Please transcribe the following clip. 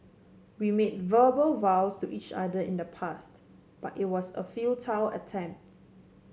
we made verbal vows to each other in the past but it was a futile attempt